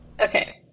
okay